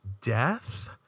death